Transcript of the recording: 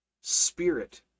Spirit